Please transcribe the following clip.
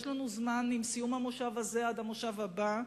יש לנו זמן עם סיום המושב הזה עד המושב הבא,